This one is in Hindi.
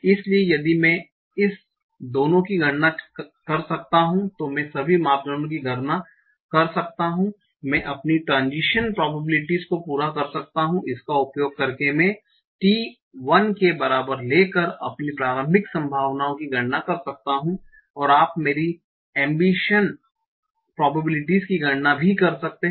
इसलिए यदि मैं इस दोनों की गणना कर सकता हूं तो मैं सभी मापदंडों की गणना कर सकता हूं मैं अपनी ट्रांजिशन प्रोबेबिलिटीस को पूरा कर सकता हूं इसका उपयोग करके मैं t 1 के बराबर लेकर अपनी प्रारंभिक संभावनाओं की गणना कर सकता हूं और आप मेरी एम्बिशन प्रोबेबिलिटीस की गणना भी कर सकते हैं